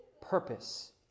purpose